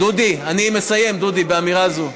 דודי, אני מסיים, דודי, באמירה זו.